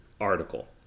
Article